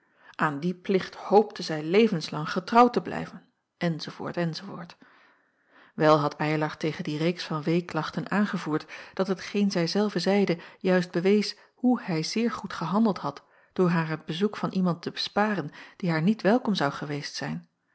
aan dien plicht hoopte zij levenslang getrouw te blijven enz enz wel had eylar tegen die reeks van weeklachten aangevoerd dat hetgeen zij zelve zeide juist bewees hoe hij zeer goed gehandeld had door haar het bezoek van iemand te sparen die haar niet welkom zou geweest zijn